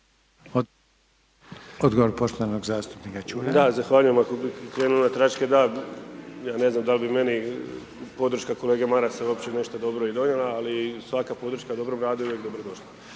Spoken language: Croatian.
…/Govornik se ne razumije./… da, ja ne znam da li bi meni podrška kolege Marasa uopće nešto dobro donijela, ali svaka podrška dobrom radu je uvijek dobrodošla.